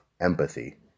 empathy